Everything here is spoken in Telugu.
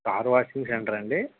కారు వాషింగ్ సెంటర్ ఆ అండి